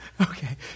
okay